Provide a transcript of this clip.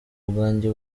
bwanjye